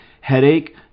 Headache